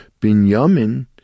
Binyamin